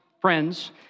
friends